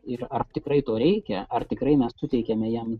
ir ar tikrai to reikia ar tikrai mes suteikiame jam